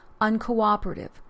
uncooperative